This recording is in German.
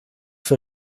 vor